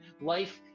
life